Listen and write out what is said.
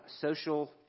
social